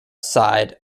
side